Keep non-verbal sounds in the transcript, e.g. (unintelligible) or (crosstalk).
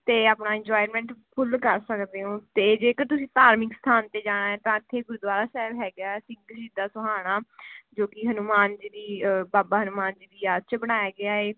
ਅਤੇ ਆਪਣਾ enjoyment full ਕਰ ਸਕਦੇ ਹੋ ਅਤੇ ਜੇਕਰ ਤੁਸੀਂ ਧਾਰਮਿਕ ਸਥਾਨ 'ਤੇ ਜਾਣਾ ਹੈ ਤਾਂ ਇੱਥੇ ਗੁਰਦੁਆਰਾ ਸਾਹਿਬ ਹੈਗਾ ਏ ਸਿੰਘ ਸ਼ਹੀਦਾਂ ਸੋਹਾਣਾ ਜੋ ਕਿ ਹਨੂੰਮਾਨ ਜੀ ਦੀ (unintelligible) ਬਾਬਾ ਹਨੂੰਮਾਨ ਜੀ ਦੀ ਯਾਦ 'ਚ ਬਣਾਇਆ ਗਿਆ ਹੈ